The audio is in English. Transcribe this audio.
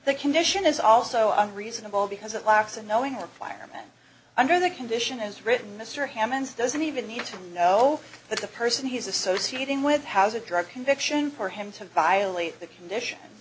the condition is also a reasonable because it lacks a knowing requirement under the condition as written mr hammond's doesn't even need to know that the person he is associating with has a drug conviction for him to violate the condition